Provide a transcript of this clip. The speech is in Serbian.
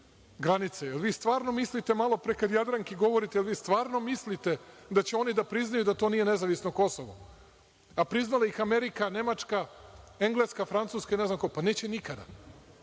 granice. Da li vi stvarno mislite malopre, kad Jadranki govorite, da će oni da priznaju da to nije nezavisno Kosovo? Pa priznala ih Amerika, Nemačka, Engleska, Francuska i ne znam ko, pa neće nikada.